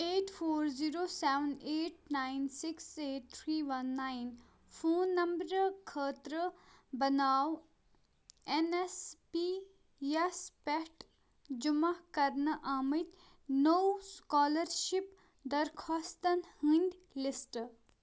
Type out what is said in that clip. eight four zero seven eight nine six eight three one nine phone نمبرٕ خٲطرٕ بناو N S P یَس پٮ۪ٹھ جمع کرنہٕ آمٕتۍ نوٚو سُکالرشِپ درخواستن ہٕنٛدۍ لسٹ